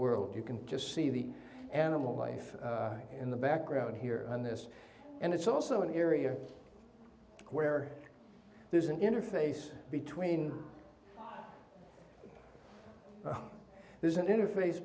world you can just see the animal life in the background here on this and it's also an area where there's an interface between there's an interface